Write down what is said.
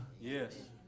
Yes